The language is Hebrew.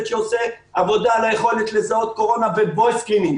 שעושה עבודה על היכולת לזהות קורונה ב-Voice screening.